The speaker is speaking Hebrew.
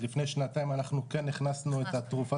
אז לפני שנתיים אנחנו כן הכנסנו את התרופה